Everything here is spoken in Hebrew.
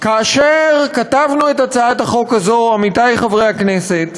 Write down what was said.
כאשר כתבנו את הצעת החוק הזאת, עמיתי חברי הכנסת,